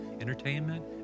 entertainment